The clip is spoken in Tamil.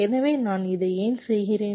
எனவே நான் இதை ஏன் செய்கிறேன்